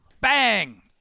Bang